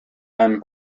einen